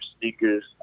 sneakers